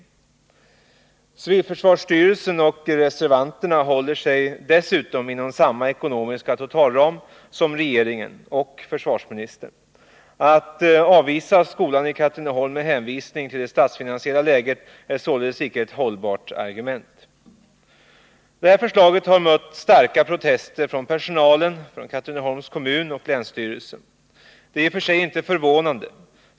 Dessutom håller sig civilförsvarsstyrelsen och reservanterna inom samma ekonomiska totalram som regeringen och försvarsministern. Att avvisa kravet att civilförsvarsskolan i Katrineholm skall finnas kvar med hänvisning till det statsfinansiella läget är således icke ett hållbart argument. Förslaget har mötts av starka protester från personalen, från Katrineholms kommun och från länsstyrelsen, och det är i och för sig inte förvånande.